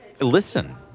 listen